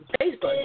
Facebook